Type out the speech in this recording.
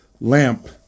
lamp